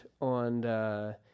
on